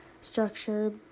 structure